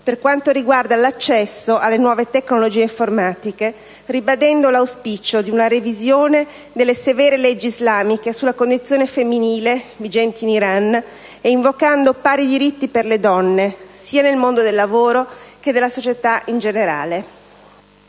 le donne nell'accesso alle nuove tecnologie informatiche, ribadendo l'auspicio di una revisione delle severe leggi islamiche sulla condizione femminile vigenti in Iran e invocando pari diritti per le donne, sia nel mondo del lavoro che della società in generale.